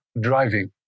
driving